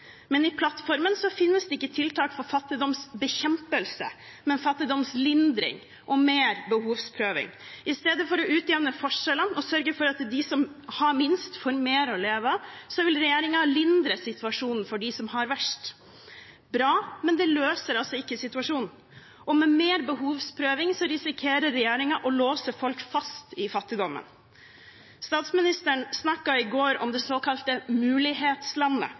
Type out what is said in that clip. men i plattformen finnes det ikke tiltak for fattigdomsbekjempelse, bare fattigdomslindring og mer behovsprøving. I stedet for å utjevne forskjellene og sørge for at de som har minst, får mer å leve av, vil regjeringen lindre situasjonen for dem som har det verst. Det er bra, men det løser ikke situasjonen. Og med mer behovsprøving risikerer regjeringen å låse folk fast i fattigdommen. Statsministeren snakket i går om det såkalte mulighetslandet,